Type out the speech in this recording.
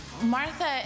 Martha